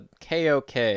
KOK